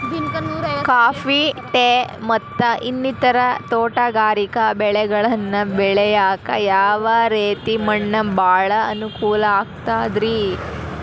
Coffee, tea, ಮತ್ತ ಇನ್ನಿತರ ತೋಟಗಾರಿಕಾ ಬೆಳೆಗಳನ್ನ ಬೆಳೆಯಾಕ ಯಾವ ರೇತಿ ಮಣ್ಣ ಭಾಳ ಅನುಕೂಲ ಆಕ್ತದ್ರಿ?